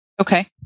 Okay